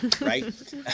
right